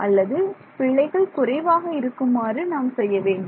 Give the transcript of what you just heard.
அல்லது பிழைகள் குறைவாக இருக்குமாறு நாம் செய்ய வேண்டும்